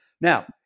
Now